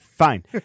Fine